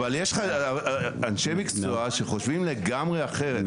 אבל יש לך אנשי מקצוע שחושבים לגמרי אחרת.